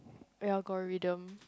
algorithm